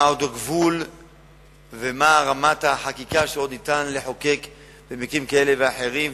מה הגבול ומה רמת החקיקה שעוד אפשר לחוקק במקרים כאלה ואחרים,